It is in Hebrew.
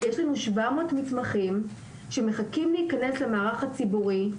יש לנו 700 מתמחים שמחכים להיכנס למערך הציבורי.